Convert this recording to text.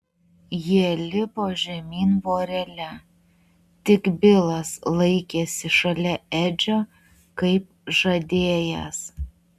jie lipo žemyn vorele tik bilas laikėsi šalia edžio kaip žadėjęs